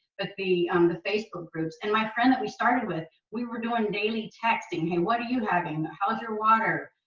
the on the facebook groups and my friend that we started with, we were doing daily texting. hey, what are you having? how's your water?